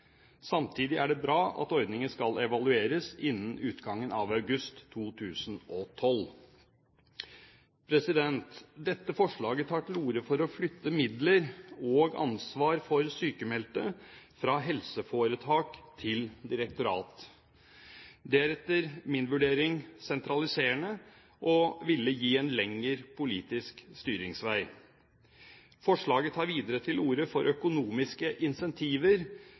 Samtidig er det bra at ordningen skal evalueres innen august 2012. Dette forslaget tar til orde for å flytte midler og ansvar for sykmeldte fra helseforetak til direktorat. Det er etter min vurdering sentraliserende og vil gi en lengre politisk styringsvei. Forslaget tar videre til orde for økonomiske